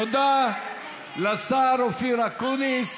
תודה לשר אופיר אקוניס.